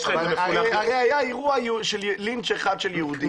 הרי היה אירוע אחד של לינץ' של יהודים.